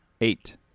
Eight